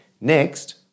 Next